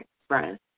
express